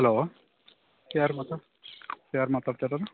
hello ಯಾರು ಮಾತು ಯಾರು ಮಾತಾಡ್ತಿರೋದು